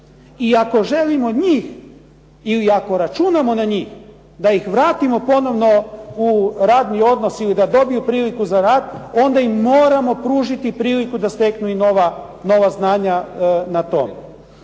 I ako želimo njih ili ako računamo na njih da ih vratimo ponovno u radni odnos ili da dobiju priliku za rad, onda im moramo pružiti priliku da steknu nova znanja na tome.